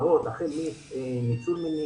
על תופעות מאוד מוגדרות החל מניצול מיני,